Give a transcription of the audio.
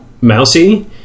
mousy